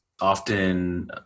often